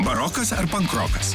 barokas ar pankrokas